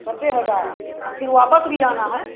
नब्बे हज़ार और फिर वापस भी आना है